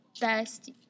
best